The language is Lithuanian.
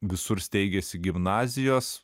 visur steigėsi gimnazijos